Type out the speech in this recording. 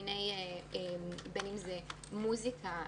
ריקוד, מוזיקה.